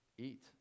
Eat